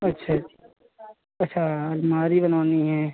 अच्छा अच्छा अलमारी बनवानी है